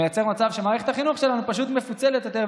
מייצר מצב שמערכת החינוך שלנו פשוט מפוצלת יותר.